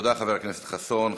תודה, חבר הכנסת חסון.